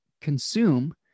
consume